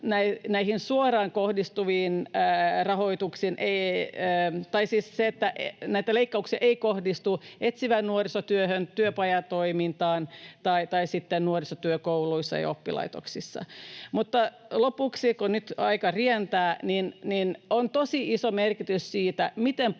valtion budjettineuvotteluissa leikkauksia ei kohdistu suoraan etsivään nuorisotyöhön, työpajatoimintaan tai sitten nuorisotyöhön kouluissa ja oppilaitoksissa. Lopuksi, kun nyt aika rientää: On tosi iso merkitys sillä, miten puhutaan